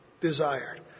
desired